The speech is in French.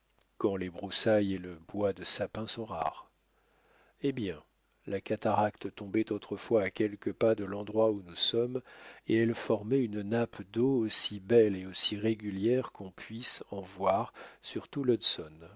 quand les broussailles et le bois de sapin sont rares eh bien la cataracte tombait autrefois à quelques pas de l'endroit où nous sommes et elle formait une nappe d'eau aussi belle et aussi régulière qu'on puisse en voir sur tout l'hudson mais le